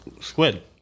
squid